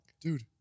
Dude